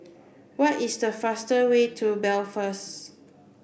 what is the fastest way to Belfast